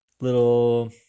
Little